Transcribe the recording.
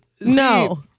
no